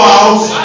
out